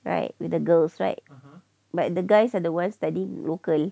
right with the girls right but the guys are the ones studying local